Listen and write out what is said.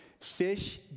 Fish